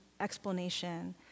explanation